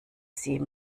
sie